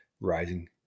rising